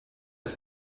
ist